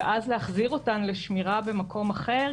ואז להחזיר אותן לשמירה במקום אחר,